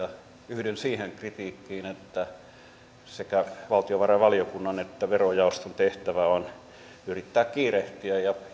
yhdyn siihen kritiikkiin että sekä valtiovarainvaliokunnan että verojaoston tehtävä on yrittää kiirehtiä ja